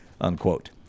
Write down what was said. unquote